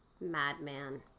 madman